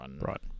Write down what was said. Right